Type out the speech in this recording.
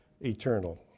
eternal